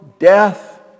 Death